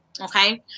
okay